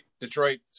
detroit